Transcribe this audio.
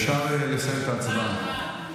אפשר לסיים את ההצבעה.